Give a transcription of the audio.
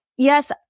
Yes